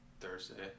Thursday